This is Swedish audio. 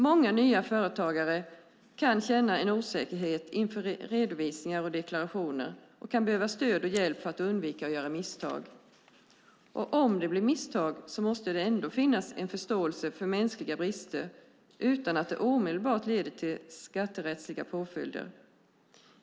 Många nya företagare kan känna en osäkerhet inför redovisningar och deklarationer och kan behöva stöd och hjälp för att undvika att göra misstag. Om det blir misstag måste det ändå finnas en förståelse för mänskliga brister utan att det omedelbart leder till skatterättsliga påföljder.